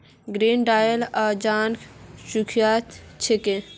grain dryer अनाजक सुखव्वार छिके